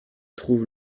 trouve